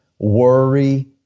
worry